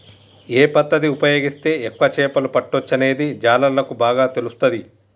ఏ పద్దతి ఉపయోగిస్తే ఎక్కువ చేపలు పట్టొచ్చనేది జాలర్లకు బాగా తెలుస్తది